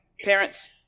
Parents